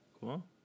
Cool